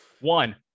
one